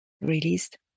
released